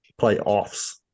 playoffs